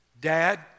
Dad